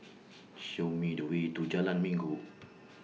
Show Me The Way to Jalan Minggu